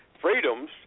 freedoms